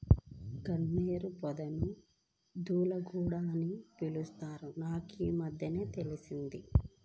గన్నేరు పొదను దూలగుండా అని కూడా పిలుత్తారని నాకీమద్దెనే తెలిసింది